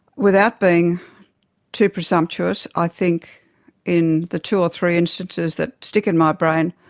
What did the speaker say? without being too presumptuous, i think in the two or three instances that stick in my brain,